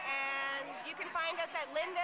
and you can find out that linda